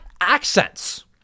accents